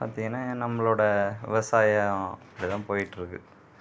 பார்த்திங்கன்னா நம்மளோடய விவசாயம் இப்படிதான் போயிட்டிருக்கு